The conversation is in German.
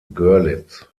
görlitz